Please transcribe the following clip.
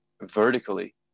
vertically